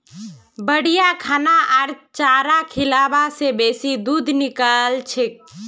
बढ़िया खाना आर चारा खिलाबा से बेसी दूध निकलछेक